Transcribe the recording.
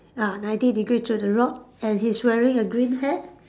ah ninety degrees to the rod and he's wearing a green hat